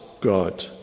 God